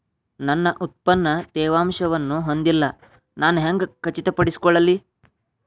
ನನ್ನ ಉತ್ಪನ್ನ ತೇವಾಂಶವನ್ನು ಹೊಂದಿಲ್ಲಾ ನಾನು ಹೆಂಗ್ ಖಚಿತಪಡಿಸಿಕೊಳ್ಳಲಿ?